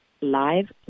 Live